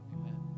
Amen